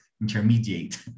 intermediate